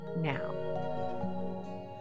now